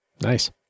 Nice